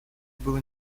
было